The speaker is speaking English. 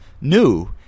new